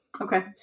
okay